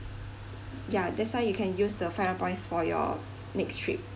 ya that's why you can use the five hundred points for your next trip